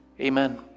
Amen